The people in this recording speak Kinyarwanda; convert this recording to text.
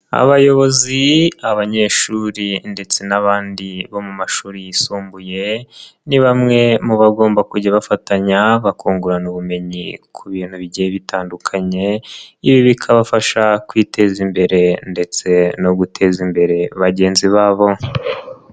Abayobozi, abanyeshuri ndetse n'abandi bo mu mashuri yisumbuye ni bamwe mu bagomba kujya bafatanya bakungurana ubumenyi ku bintu bigiye bitandukanye, ibi bikabafasha kwiteza imbere ndetse no guteza imbere bagenzi babo.